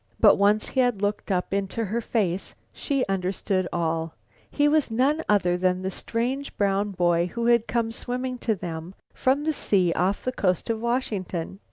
but once he had looked up into her face, she understood all he was none other than the strange brown boy who had come swimming to them from the sea off the coast of washington.